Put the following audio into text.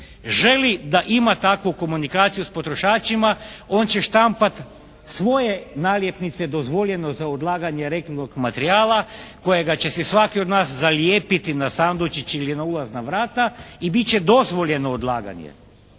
želi da ima takvu komunikaciju sa potrošačima, on će štampat svoje naljepnice dozvoljeno za odlaganje reklamnog materijala kojega će si svaki od nas zalijepiti na sandučić ili na ulazna vrata i bit će dozvoljeno odlaganje.